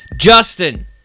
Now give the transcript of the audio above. Justin